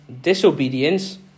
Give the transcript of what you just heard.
disobedience